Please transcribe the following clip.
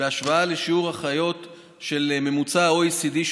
בהשוואה לשיעור האחיות הממוצע ב-OECD,